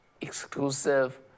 exclusive